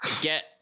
get